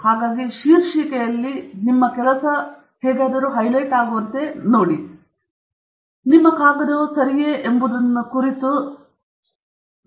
ಹಾಗಾಗಿ ನಿಮ್ಮ ಕಾಗದವು ಸರಿಯೇ ಎಂಬುದರ ಕುರಿತು ನೀವು ಕೆಲಸ ಮಾಡುತ್ತಿದ್ದೇವೆ ಎಂದು ಆ ಪ್ರದೇಶದಲ್ಲಿ ಹೊಸತೇನಿದೆ